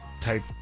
Type